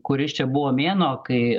kuris čia buvo mėnuo kai